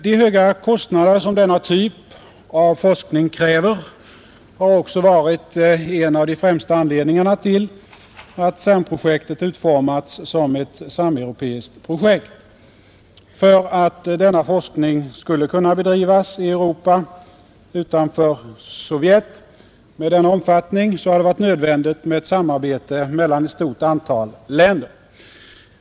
De höga kostnader som denna typ av forskning kräver har också varit en av de främsta anledningarna till att CERN-projektet utformats som ett sameuropeiskt projekt. För att denna forskning skulle kunna bedrivas i Europa utanför Sovjet med denna omfattning har det varit nödvändigt med ett samarbete mellan ett stort antal länder.